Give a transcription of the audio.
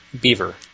beaver